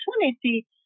opportunity